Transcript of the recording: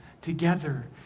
together